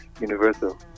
universal